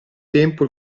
tempo